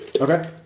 Okay